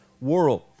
world